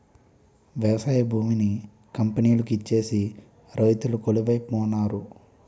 వ్యవసాయ భూమిని కంపెనీలకు ఇచ్చేసి రైతులు కొలువై పోనారు